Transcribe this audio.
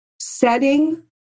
setting